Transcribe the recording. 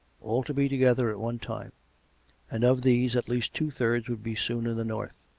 all to be together at one time and of these, at least two-thirds would be soon in the north.